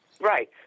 Right